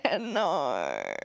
No